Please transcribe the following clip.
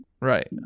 Right